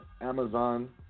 Amazon